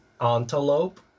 antelope